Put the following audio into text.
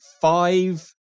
five